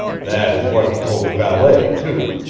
that is what he told the valet, too.